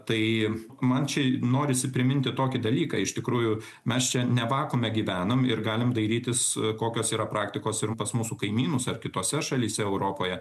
tai man pačiai norisi priminti tokį dalyką iš tikrųjų mes čia ne vakuume gyvenom ir galime dairytis kokios yra praktikos ir pas mūsų kaimynus ar kitose šalyse europoje